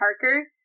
Parker